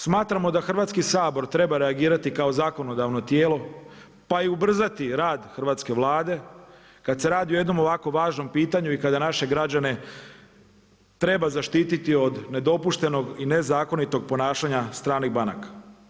Smatramo da Hrvatski sabor treba reagirati kao zakonodavno tijelo, pa i ubrzati rad hrvatske Vlade kad se radi o jednom ovako važnom pitanju i kada naše građane treba zaštititi od nedopuštenog i nezakonitog ponašanja stranih banaka.